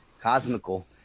Cosmical